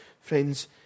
friends